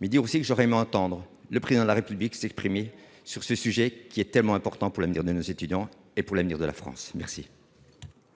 mais il dit aussi que je vais m'entendre le président de la République s'est exprimé sur ce sujet qui est tellement important pour l'avenir de nos étudiants et pour l'avenir de la France, merci.